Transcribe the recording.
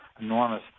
enormous